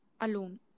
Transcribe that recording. alone